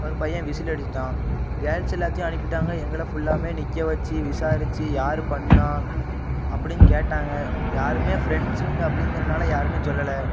ஒரு பையன் விசில் அடிச்சிட்டான் கேர்ள்ஸ் எல்லாத்தையும் அனுப்பிட்டாங்க எங்களை ஃபுல்லாம் நிற்க வச்சு விசாரித்து யார் பண்ணிணா அப்படின்னு கேட்டாங்க யாரும் ஃப்ரெண்ஸ்ஸுங்க அப்படிங்கறதுனால யாரும் சொல்லல்ல